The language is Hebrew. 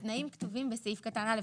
התנאים כתובים בסעיף קטן (א).